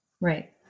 Right